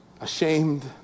Ashamed